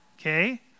Okay